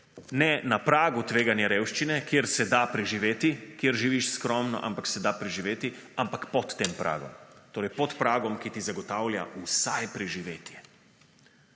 ne na pragu tveganja revščine, kjer se da preživeti, kjer živiš skromno, ampak se da preživeti, temveč pod tem pragom, torej pod pragom, ki ti zagotavlja vsaj preživetje.